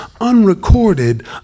unrecorded